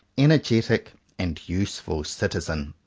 energetic and useful citi zen.